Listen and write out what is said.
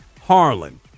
Harlan